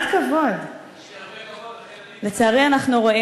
אסמע, אסמע.